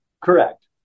Correct